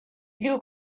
you